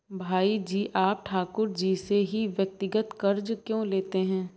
भाई जी आप ठाकुर जी से ही व्यक्तिगत कर्ज क्यों लेते हैं?